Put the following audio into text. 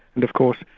and of course,